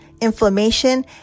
inflammation